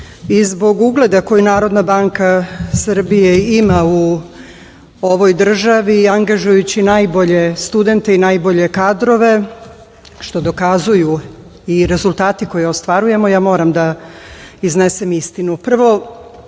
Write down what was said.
i zbog ugleda koji Narodna banka Srbije ima u ovoj državi, angažujući najbolje studente i najbolje kadrove, što dokazuju i rezultati koje ostvarujemo, a ja moram da iznesem istinu. Prvo,